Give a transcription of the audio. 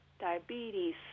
diabetes